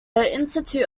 institute